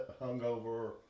hungover